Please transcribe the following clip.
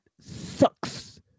sucks